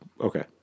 Okay